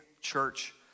church